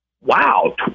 Wow